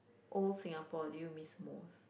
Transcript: old Singapore do you miss most